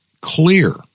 clear